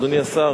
אדוני השר,